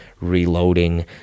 reloading